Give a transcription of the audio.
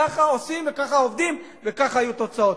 כך עושים וכך עובדים וכך יהיו תוצאות.